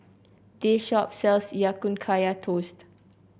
this shop sells Ya Kun Kaya Toast